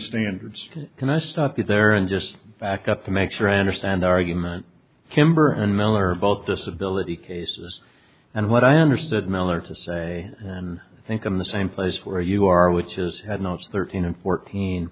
standards can i stop you there and just back up to make sure i understand argument kimber and miller both disability cases and what i understood miller to say and i think i'm the same place where you are which is had notes thirteen and fourteen